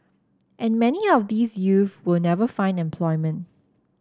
and many of these youth will never find employment